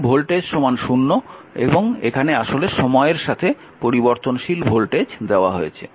এখানে ভোল্টেজ 0 এবং এখানে আসলে সময়ের সাথে পরিবর্তনশীল ভোল্টেজ দেওয়া হয়েছে